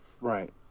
Right